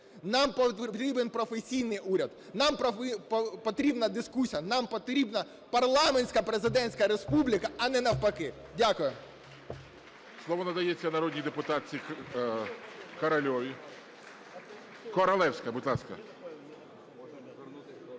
нам потрібен професійний уряд, нам потрібна дискусія, нам потрібна парламентсько-президентська республіка, а не навпаки. Дякую. ГОЛОВУЮЧИЙ. Слово надається народній депутатці Королевській. Королевська, будь ласка.